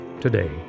today